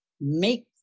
make